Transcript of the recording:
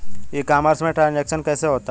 ई commerce में transaction कैसे होता है?